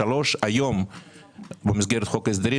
שלוש היום במסגרת חוק ההסדרים,